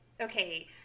okay